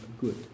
good